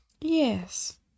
Yes